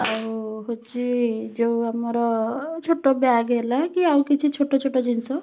ଆଉ ହେଉଛି ଯୋଉ ଆମର ଛୋଟ ବ୍ୟାଗ୍ ହେଲା କି ଆଉ କିଛି ଛୋଟ ଛୋଟ ଜିନିଷ